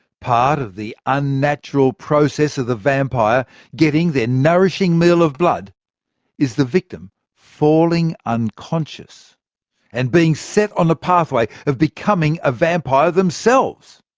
part of the unnatural process of the vampire getting their nourishing meal of blood is the victim falling unconscious and being set on the pathway of becoming a vampire themselves.